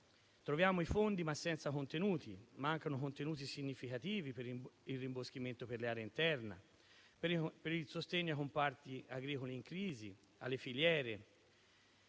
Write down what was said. troviamo i fondi, ma senza contenuti. Mancano contenuti significativi per il rimboschimento delle aree interne, per il sostegno ai comparti agricoli in crisi, alle filiere,